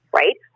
right